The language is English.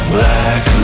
Black